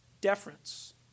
deference